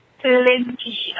plenty